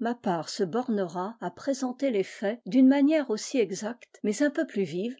ma part se bornera à présenter les faits d'une manière aussi exacte mais un peu plus vive